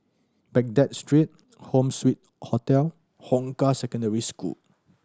Baghdad Street Home Suite Hotel Hong Kah Secondary School